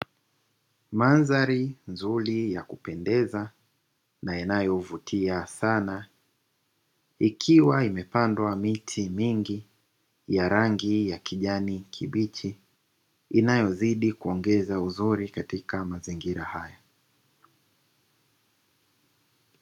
Mandhari nzuri ya kupendeza na inayo vutia sana ikiwa imepandwa miti mingi ya rangi ya kijani kibichi inayozidi kuongeza uzuri katika mazingira hayo.